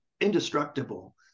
indestructible